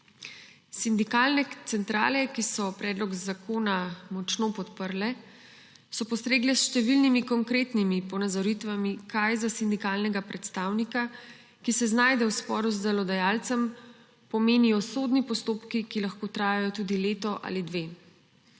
Sindikalne centrale, ki so predlog zakona močno podprle, so postregle s številnimi konkretnimi ponazoritvami, kaj za sindikalnega predstavnika, ki se znajde v sporu z delodajalcem, pomenijo sodni postopki, ki lahko trajajo tudi leto ali dve.